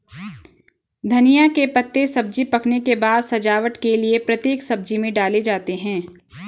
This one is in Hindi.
धनिया के पत्ते सब्जी पकने के बाद सजावट के लिए प्रत्येक सब्जी में डाले जाते हैं